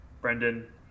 Brendan